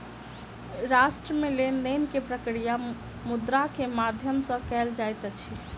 राष्ट्र मे लेन देन के प्रक्रिया मुद्रा के माध्यम सॅ कयल जाइत अछि